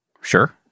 Sure